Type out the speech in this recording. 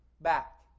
back